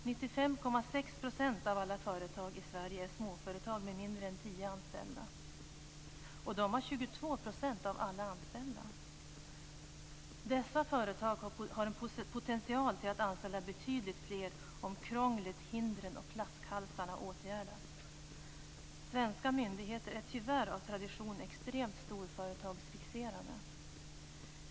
95,6 % av alla företag i Sverige är småföretag med mindre än tio anställda, och de har 22 % av alla anställda. Dessa företag har en potential till att anställa betydligt fler om krånglet, hindren och flaskhalsarna åtgärdas. Svenska myndigheter är tyvärr av tradition extremt storföretagsfixerade.